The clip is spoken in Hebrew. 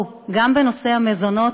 גם בנושא המזונות,